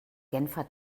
genfer